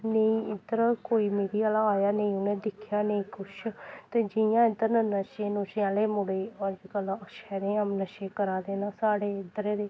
नेईं इद्धर कोई मीडिया आह्ला आया नेईं उ'नें दिक्खेआ नेईं कुछ ते जि'यां इद्धर न नशे नुशे आह्ले मुड़े अजकल्ल शरेआम नशे करा दे न साढ़े इद्धरै दे